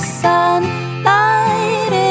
sunlight